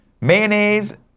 Mayonnaise